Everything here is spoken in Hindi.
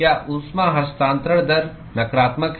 क्या ऊष्मा हस्तांतरण दर नकारात्मक है